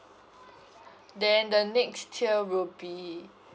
then the next tier will be